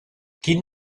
quin